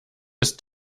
ist